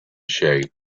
shape